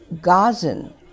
Gazan